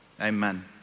Amen